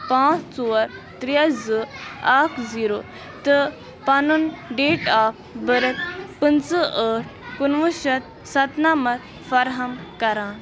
پانٛژھ ژور ترٛےٚ زٕ اَکھ زیٖرَو تہٕ پَنُن ڈیٹ آف بٔرٕتھ پٕنٛژٕہ ٲٹھ کُنوُہ شیٚتھ سَتہٕ نَمَتھ فراہَم کَران